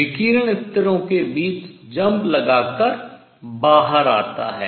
विकिरण स्तरों के बीच jump छलांग लगाकर बाहर आता है